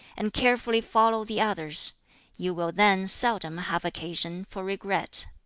and carefully follow the others you will then seldom have occasion for regret.